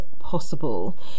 possible